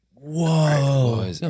Whoa